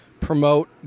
promote